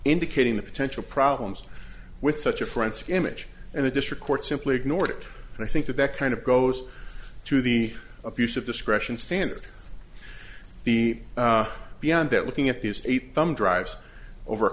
indicating the potential problems with such a forensic image and the district court simply ignored it and i think that that kind of goes to the abuse of discretion standard he beyond that looking at these eight thumb drives over a